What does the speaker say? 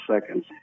seconds